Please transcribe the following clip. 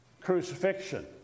crucifixion